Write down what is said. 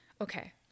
okay